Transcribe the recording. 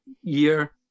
year